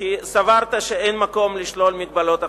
כי סברת שאין מקום לשלול את מגבלות החסינות.